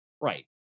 Right